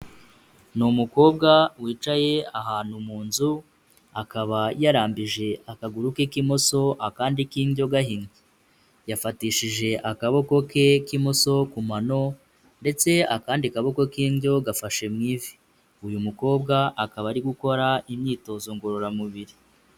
Ni umukobwa wicaye ahantu mu nzu, akaba yarambije akaguru ke k'imoso akandi k'indyo gahinnye. Yafatishije akaboko ke k'imoso ku mano, ndetse akandi kaboko k'indyo gafashe mu ifi. Uyu mukobwa akaba ari gukora imyitozo ngororamubiri.